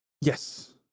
Yes